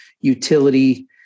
utility